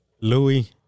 Louis